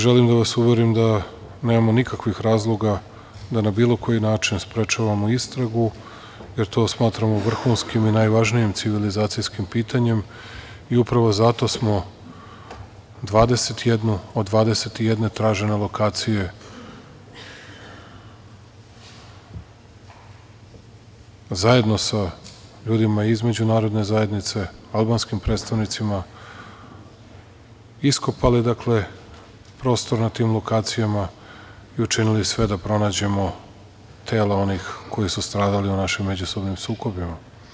Želim da vas uverim da nemamo nikakvih razloga da na bilo koji način sprečavamo istragu, jer to smatramo vrhunskim i najvažnijim civilizacijskim pitanjem, upravo zato smo 21 od 21 tražene lokacije zajedno sa ljudima između narodne zajednice, albanskim predstavnicima, iskopali prostor na tim lokacijama i učinili sve da pronađemo tela onih koji su stradali u našim međusobnim sukobima.